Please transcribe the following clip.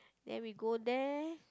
then we go there